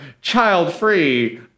Child-free